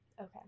Okay